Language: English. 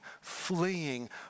fleeing